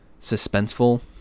suspenseful